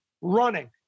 running